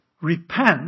Repent